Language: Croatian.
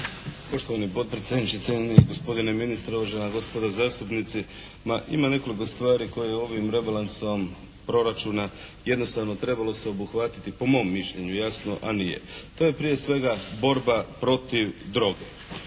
Poštovani potpredsjedniče, cijenjeni gospodine ministre, uvažena gospodo zastupnici. Ma ima nekoliko stvari koje ovim rebalansom proračuna jednostavno trebalo sve obuhvatiti po mom mišljenju jasno, a nije. To je prije svega borba protiv droge.